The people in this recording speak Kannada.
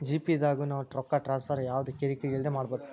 ಜಿ.ಪೇ ದಾಗು ನಾವ್ ರೊಕ್ಕ ಟ್ರಾನ್ಸ್ಫರ್ ಯವ್ದ ಕಿರಿ ಕಿರಿ ಇಲ್ದೆ ಮಾಡ್ಬೊದು